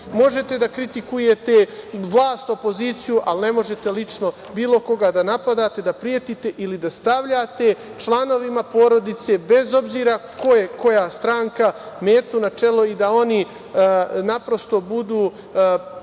možete da kritikujete vlast, opoziciju ali ne možete lično bilo koga da napadate, da pretite ili da stavljate članovima porodice, bez obzira koje koja stranka, metu na čelo i da oni naprosto budu